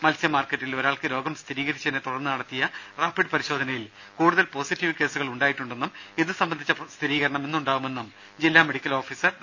മൽസ്യ മാർക്കറ്റിൽ ഒരാൾക്ക് രോഗം സ്ഥിരീകരിച്ചതിനെ തുടർന്ന് നടത്തിയ റാപ്പിഡ് പരിശോധനയിൽ കൂടുതൽ പോസിറ്റിവ് കേസുകൾ ഉണ്ടായിട്ടുണ്ടെന്നും ഇത് സംബന്ധിച്ച സ്ഥിരീകരണം ഇന്ന് ഉണ്ടാവുമെന്നും ജില്ലാ മെഡിക്കൽ ഓഫീസർ ഡോ